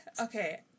Okay